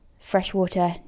freshwater